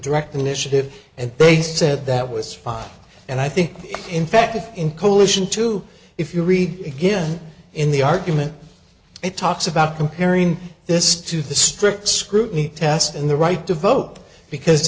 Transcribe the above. initiative and they said that was fine and i think in fact in coalition too if you read again in the argument it talks about comparing this to the strict scrutiny test and the right to vote because